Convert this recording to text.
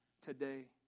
today